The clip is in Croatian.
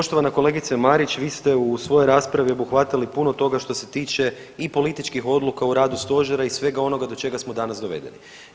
Poštovana kolegice Marić vi ste u svojoj raspravi obuhvatili puno toga što se tiče i političkih odluka u radu stožera i svega onoga do čega smo danas dovedeni.